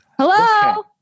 Hello